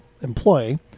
employee